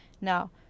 Now